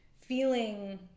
feeling